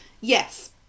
Yes